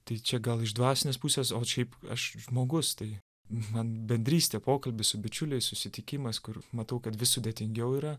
tai čia gal iš dvasinės pusės o šiaip aš žmogus tai man bendrystė pokalbis su bičiuliais susitikimas kur matau kad vis sudėtingiau yra